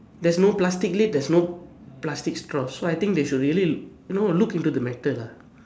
there's no plastic lid there's no plastic straws so I think they should really know look into the matter lah